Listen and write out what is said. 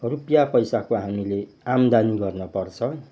रुपियाँ पेसाको हामीले आम्दानी गर्नपर्छ